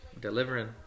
delivering